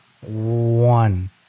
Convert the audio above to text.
One